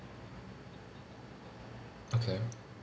okay